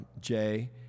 Jay